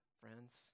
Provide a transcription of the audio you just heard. friends